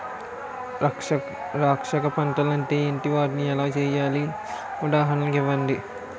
రక్షక పంటలు అంటే ఏంటి? వాటిని ఎలా వేయాలి? ఉదాహరణలు ఇవ్వండి?